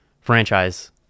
franchise